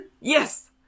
Yes